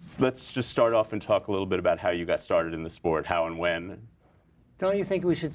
this let's just start off and talk a little bit about how you got started in the sport how and when do you think we should